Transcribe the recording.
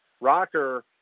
rocker